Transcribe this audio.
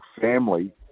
family